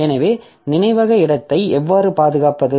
எனவே நினைவக இடத்தைப் எவ்வாறு பாதுகாப்பது